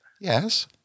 Yes